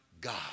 God